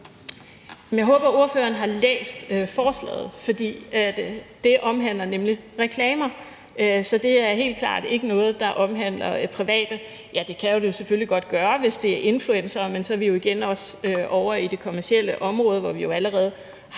Jeg håber, at spørgeren har læst forslaget, for det omhandler nemlig reklamer. Så det er helt klart ikke noget, der omhandler private – ja, det kan det selvfølgelig godt gøre, hvis det er influencere, men så er vi jo igen ovre i det kommercielle område, hvor vi allerede har